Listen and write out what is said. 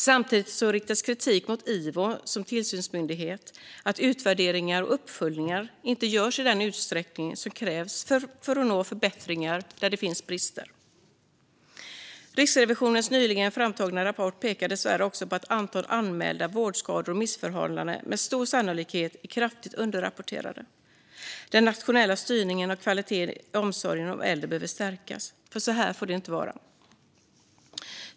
Samtidigt riktas kritik mot Ivo som tillsynsmyndighet för att utvärderingar och uppföljningar inte görs i den utsträckning som krävs för att nå förbättringar där det finns brister. Riksrevisionens nyligen framtagna rapport pekar dessvärre också på att vårdskador och missförhållanden med stor sannolikhet är kraftigt underrapporterade. Den nationella styrningen av kvalitet i omsorgen om äldre behöver stärkas. Så här får det inte vara!